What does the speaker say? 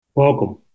Welcome